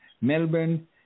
Melbourne